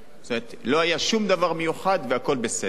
זאת אומרת, לא היה שום דבר מיוחד והכול בסדר.